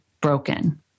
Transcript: broken